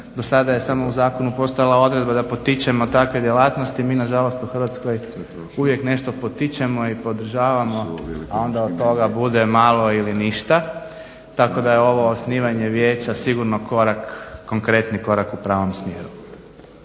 do sada je samo u zakonu postojala odredba da potičemo takve djelatnosti. Mi nažalost u Hrvatskoj uvijek nešto potičemo i podržavamo a onda od toga bude malo ili ništa, tako da je ovo osnivanje vijeća sigurno korak konkretni korak u pravom smjeru.